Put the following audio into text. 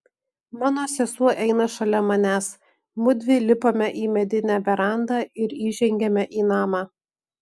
mano sesuo eina šalia manęs mudvi lipame į medinę verandą ir įžengiame į namą